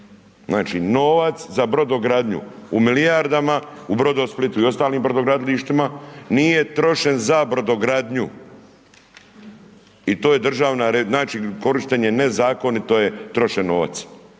Znači, novac za brodogradnju u milijardama, u Brodosplitu i ostalim brodogradilištima nije trošen za brodogradnju i to je državna, znači, korištenje nezakonito je trošen novac